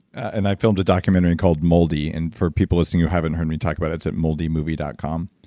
and i filmed a documentary called moldy and for people listening who haven't heard me talk about it, it's at moldymovie dot com.